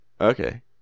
Okay